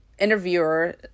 Interviewer